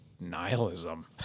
nihilism